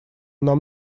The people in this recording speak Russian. нам